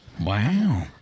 Wow